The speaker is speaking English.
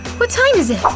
what time is it?